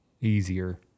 easier